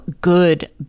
good